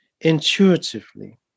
intuitively